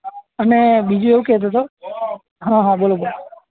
અને બીજું એવું કહેતો હતો હા હા બોલો બોલો